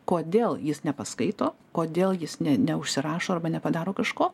kodėl jis nepaskaito kodėl jis ne neužsirašo arba nepadaro kažko